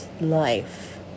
life